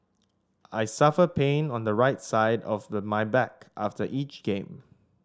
I suffer pain on the right side of my back after each game